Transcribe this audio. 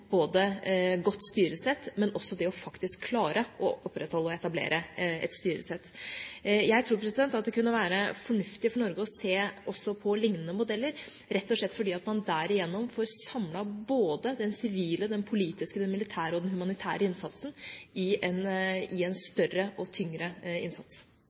både godt styresett og også det faktisk å klare å etablere og opprettholde et styresett. Jeg tror det kunne være fornuftig for Norge også å se på lignende modeller, rett og slett fordi man derigjennom får samlet både den sivile, den politiske, den militære og den humanitære innsatsen i en større og tyngre innsats.